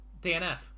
DNF